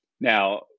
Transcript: Now